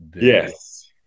Yes